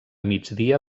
migdia